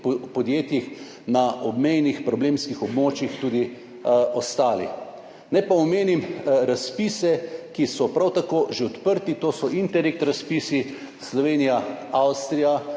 podjetjih na obmejnih problemskih območjih tudi ostali. Naj omenim razpise, ki so prav tako že odprti, to so Interreg razpisi, Slovenija, Avstrija,